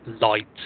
light